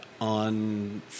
on